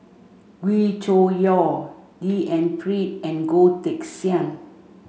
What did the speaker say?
Wee Cho Yaw D N Pritt and Goh Teck Sian